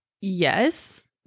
Yes